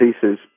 pieces